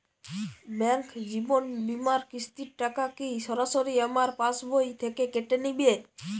Bank জীবন বিমার কিস্তির টাকা কি সরাসরি আমার পাশ বই থেকে কেটে নিবে?